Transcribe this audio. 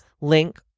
link